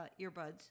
earbuds